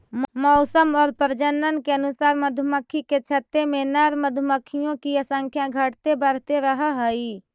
मौसम और प्रजनन के अनुसार मधुमक्खी के छत्ते में नर मधुमक्खियों की संख्या घटते बढ़ते रहअ हई